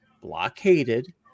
blockaded